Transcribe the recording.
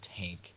tank